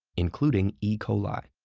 including e. coli.